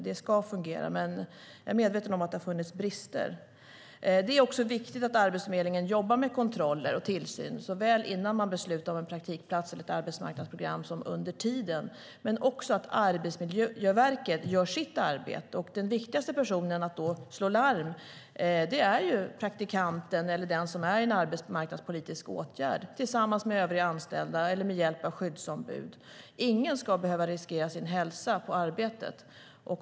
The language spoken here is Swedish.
Det ska fungera, men jag är medveten om att det funnits brister. Det är viktigt att Arbetsförmedlingen jobbar med kontroller och tillsyn, såväl innan man beslutar om en praktikplats eller ett arbetsmarknadsprogram som under tiden, men också att Arbetsmiljöverket gör sitt arbete. Och den viktigaste personen som kan slå larm är den som är praktikant eller i en arbetsmarknadspolitisk åtgärd, tillsammans med övriga anställda eller med hjälp av skyddsombud. Ingen ska behöva riskera sin hälsa på arbetet.